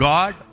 God